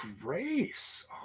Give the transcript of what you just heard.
Grace